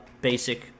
Basic